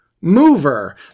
mover